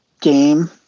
game